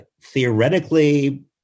theoretically